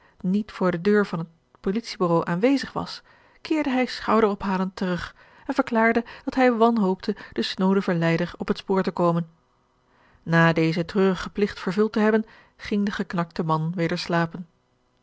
niet voor de deur van net politiebureau aanwezig was keerde hij schouderophalend terug en verklaarde dat hjj wanhoopte den snooden verleider op het spoor te komen na dezen treurigen pligt vervuld te hebben ging de geknakte man weder slapen